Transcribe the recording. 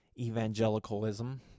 evangelicalism